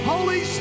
Holy